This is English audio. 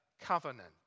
covenant